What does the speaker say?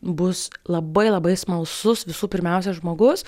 bus labai labai smalsus visų pirmiausia žmogus